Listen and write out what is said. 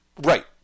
Right